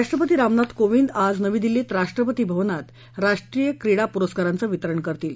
राष्ट्रपती रामनाथ कोविंद आज नवी दिल्लीत राष्ट्रपती भवनात राष्ट्रीय क्रीडा पुरस्कारांचं वितरण करतील